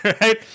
Right